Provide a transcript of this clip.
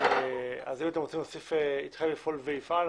אם אתם רוצים להוסיף התחייב לפעול ויפעל,